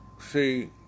See